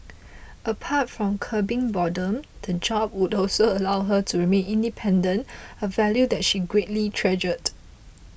apart from curbing boredom the job would also allow her to remain independent a value that she greatly treasured